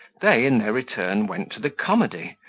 they, in their return, went to the comedy,